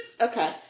Okay